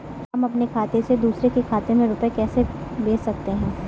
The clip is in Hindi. हम अपने खाते से दूसरे के खाते में रुपये कैसे भेज सकते हैं?